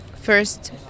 First